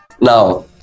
Now